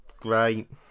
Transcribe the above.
great